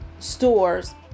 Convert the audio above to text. stores